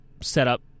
setup